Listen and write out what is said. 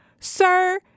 sir